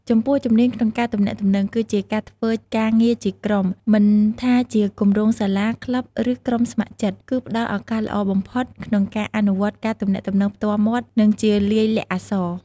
ចំពោះជំនាញក្នុងការទំនាក់ទំនង គឺជាការធ្វើការជាក្រុម មិនថាជាគម្រោងសាលា ក្លឹប ឬក្រុមស្ម័គ្រចិត្ត គឺផ្តល់ឱកាសល្អបំផុតក្នុងការអនុវត្តការទំនាក់ទំនងផ្ទាល់មាត់ និងជាលាយលក្ខណ៍អក្សរ។